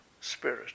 Spirit